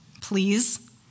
please